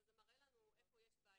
וזה מראה לנו איפה יש בעיה.